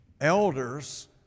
elders